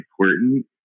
important